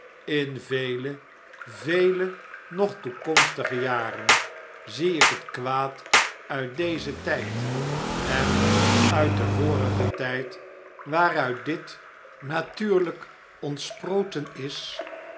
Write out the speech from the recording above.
in vele vele nog toekomstige jaren zie ik het kwaad uit dezen tyd en uit den vorigen tyd waaruit dit natuurlp ontsproten is